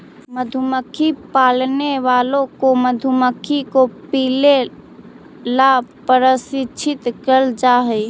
मधुमक्खी पालने वालों को मधुमक्खी को पीले ला प्रशिक्षित करल जा हई